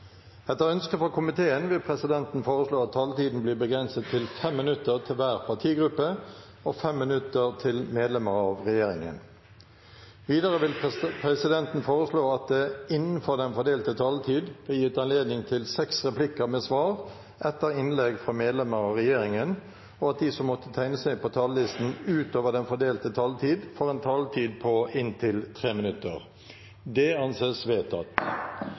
Etter ønske fra justiskomiteen vil presidenten foreslå at taletiden blir begrenset til 5 minutter til hver partigruppe og 5 minutter til medlemmer av regjeringen. Videre vil presidenten foreslå at det – innenfor den fordelte taletid – blir gitt anledning til fem replikker med svar etter innlegg fra medlemmer av regjeringen, og at de som måtte tegne seg på talerlisten utover den fordelte taletid, får en taletid på inntil 3 minutter. – Det anses vedtatt.